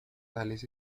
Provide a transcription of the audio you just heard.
tales